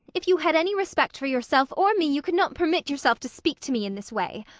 if you had any respect for yourself or me you could not permit yourself to speak to me in this way.